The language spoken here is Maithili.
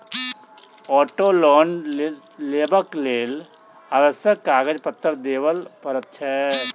औटो लोन लेबाक लेल आवश्यक कागज पत्तर देबअ पड़ैत छै